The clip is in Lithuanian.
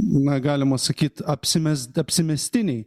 na galima sakyt apsimest apsimestiniai